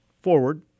forward